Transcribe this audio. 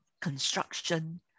construction